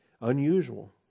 Unusual